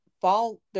fall